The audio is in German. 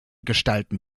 gestalten